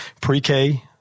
pre-K